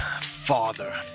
father